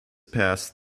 passed